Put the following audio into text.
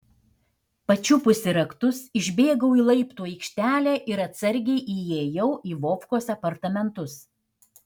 pačiupusi raktus išbėgau į laiptų aikštelę ir atsargiai įėjau į vovkos apartamentus